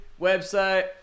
website